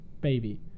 baby